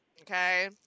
okay